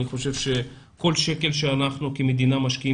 אני חושב שכל שקל שאנחנו כמדינה משקיעים